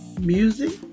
music